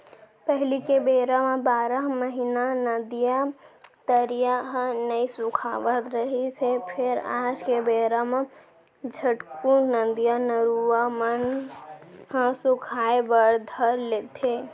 पहिली के बेरा म बारह महिना नदिया, तरिया ह नइ सुखावत रिहिस हे फेर आज के बेरा म झटकून नदिया, नरूवा मन ह सुखाय बर धर लेथे